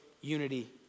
unity